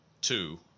two